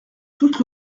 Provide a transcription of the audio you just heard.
toute